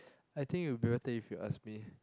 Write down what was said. I think it will be better if you ask me